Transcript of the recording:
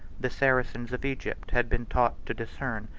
the saracens of egypt had been taught to discern,